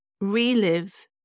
relive